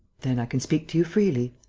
then i can speak to you freely?